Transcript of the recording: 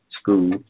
school